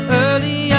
early